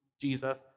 Jesus